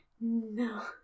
no